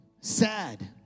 sad